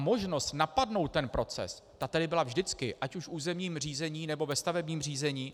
Možnost napadnout ten proces tu byla vždycky, ať už v územním řízení, nebo ve stavebním řízení.